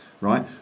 right